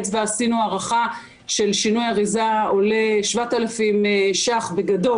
אצבע עשינו הערכה ששינוי אריזה עולה 7,000 שקלים בגדול.